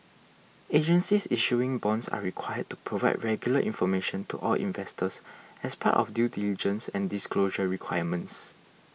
agencies issuing bonds are required to provide regular information to all investors as part of due diligence and disclosure requirements